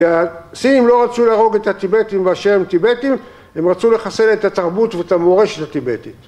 הסינים לא רצו להרוג את הטיבטים באשר הם טיבטים, הם רצו לחסל את התרבות ואת המורשת הטיבטית.